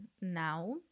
now